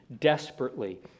desperately